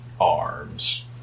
arms